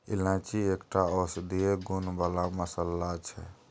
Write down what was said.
इलायची एकटा औषधीय गुण बला मसल्ला छै